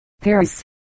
Paris